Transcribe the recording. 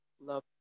love